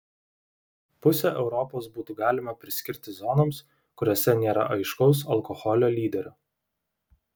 pusę europos būtų galima priskirti zonoms kuriose nėra aiškaus alkoholio lyderio